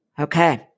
Okay